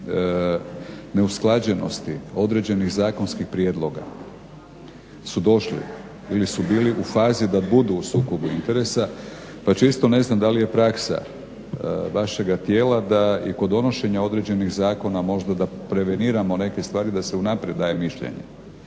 neusklađenosti određenih zakonskih prijedloga su došli i li su bili u fazi da budu u sukobu interesa. Pa čisto ne znam da li je praksa vašega tijela da i kod donošenja određenih zakona možda da preveniramo neke stvari da se unaprijed daje mišljenje.